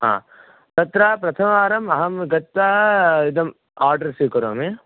ह तत्र प्रथमवारम् अहं गत्वा इदम् आर्डर् स्वीकरोमि